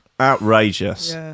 Outrageous